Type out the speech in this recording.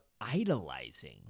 idolizing